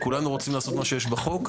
כולנו רוצים לעשות את מה שיש בחוק,